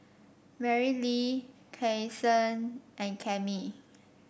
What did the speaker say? Marilee Kason and Cammie